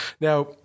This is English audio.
Now